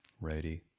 ready